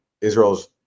Israel's